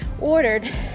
ordered